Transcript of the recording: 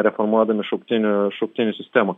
reformuodami šauktinių šauktinių sistemą